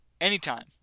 anytime